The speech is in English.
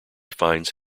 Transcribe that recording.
finds